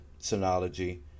Synology